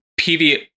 PV